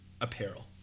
apparel